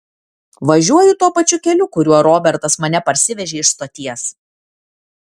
važiuoju tuo pačiu keliu kuriuo robertas mane parsivežė iš stoties